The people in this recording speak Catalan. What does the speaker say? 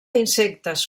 insectes